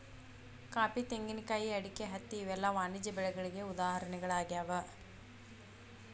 coffee, ತೆಂಗಿನಕಾಯಿ, ಅಡಿಕೆ, ಹತ್ತಿ ಇವೆಲ್ಲ ವಾಣಿಜ್ಯ ಬೆಳೆಗಳಿಗೆ ಉದಾಹರಣೆಗಳಾಗ್ಯಾವ